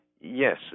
Yes